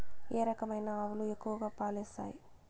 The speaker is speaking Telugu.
ఏ రకమైన ఆవులు ఎక్కువగా పాలు ఇస్తాయి?